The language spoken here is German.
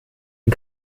den